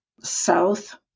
south